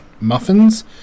muffins